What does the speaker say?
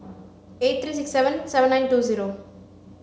eight three six seven seven nine two zero